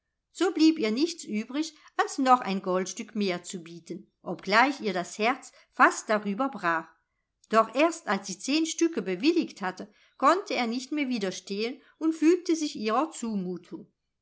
so blieb ihr nichts übrig als noch ein goldstück mehr zu bieten obgleich ihr das herz fast darüber brach doch erst als sie zehn stücke bewilligt hatte konnte er nicht mehr widerstehen und fügte sich ihrer zumutung